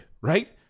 right